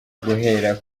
guhera